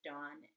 Dawn